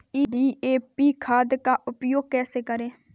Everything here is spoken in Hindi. डी.ए.पी खाद का उपयोग कैसे करें?